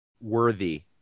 worthy